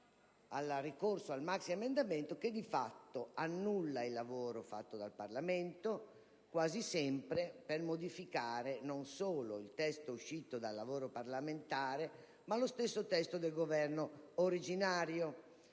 Il ricorso al maxiemendamento in sostanza annulla il lavoro fatto dal Parlamento, quasi sempre per modificare non solo il testo uscito dal lavoro parlamentare, ma lo stesso testo originario